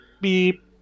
Beep